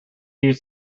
used